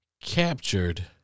Captured